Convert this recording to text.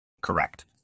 correct